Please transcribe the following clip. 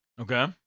Okay